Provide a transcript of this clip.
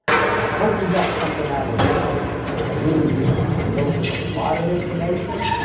i hope you got something out of this video. i really do. i know it was a lot of information.